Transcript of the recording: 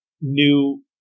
new